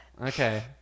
okay